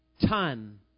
ton